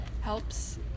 helps